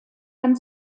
dann